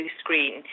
screen